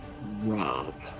Rob